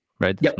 Right